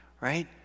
Right